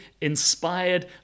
inspired